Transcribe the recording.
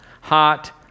hot